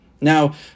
Now